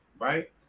right